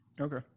Okay